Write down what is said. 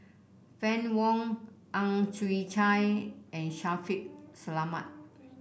Fann Wong Ang Chwee Chai and Shaffiq Selamat